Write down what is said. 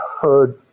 heard